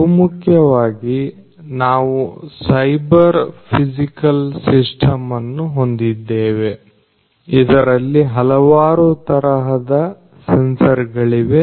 ಬಹುಮುಖ್ಯವಾಗಿ ನಾವು cyber physical system ಅನ್ನು ಹೊಂದಿದ್ದೇವೆ ಇದರಲ್ಲಿ ಹಲವಾರು ತರಹದ ಸೆನ್ಸರ್ ಗಳಿವೆ